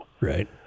Right